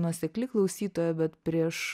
nuosekli klausytoja bet prieš